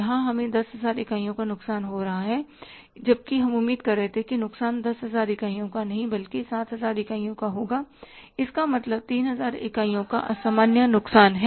यहाँ हमें 10000 इकाइयों का नुकसान हो रहा है जबकि हम उम्मीद कर रहे थे कि नुकसान 10000 इकाइयों का नहीं 7000 इकाइयों का होगा इसका मतलब 3000 इकाइयों का असामान्य नुकसान है